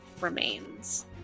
remains